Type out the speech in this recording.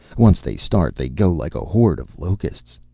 once they start they go like a horde of locusts.